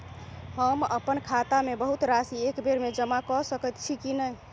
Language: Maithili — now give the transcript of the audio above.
हम अप्पन खाता मे बहुत राशि एकबेर मे जमा कऽ सकैत छी की नै?